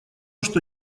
что